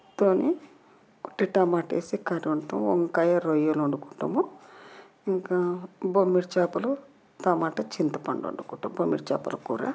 తోని ఒట్టి టమాటా వేసి కర్రీ వండుతాం వంకాయ రొయ్యలు వండుకుంటాము ఇంకా బొమ్మిడి చేపలు టమాట చింతపండు వండుకుంటాం బొమ్మిడి చేపల కూర